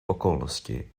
okolnosti